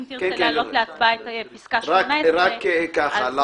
אם תרצה להעלות להצבעה את פסקה (18), זה אפשרי.